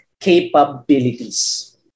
capabilities